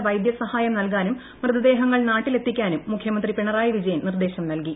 അടിയന്തര വൈദ്യസഹായം നൽകാനും മൃതദേഹങ്ങൾ നാട്ടിലെത്തിക്കാനും മുഖ്യമന്ത്രി പിണറായി വിജയൻ നിർദ്ദേശം നൽകി